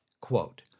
Quote